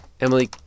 Emily